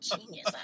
genius